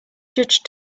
judge